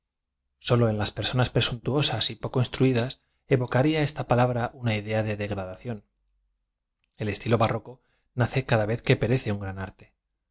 sólo en las p er sonas presuntuosas poco instruidas evocarla esta pa labra una idea de degradación e l estilo barroco nace cada vez que perece un gran arte